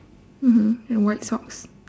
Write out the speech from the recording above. mmhmm and white socks